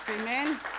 Amen